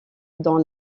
dans